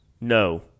No